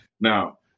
Now